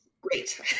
great